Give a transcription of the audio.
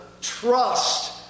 trust